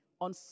on